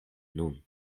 nun